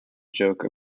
joke